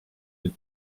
neid